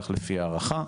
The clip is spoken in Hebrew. כך לפי הערכה.